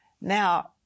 Now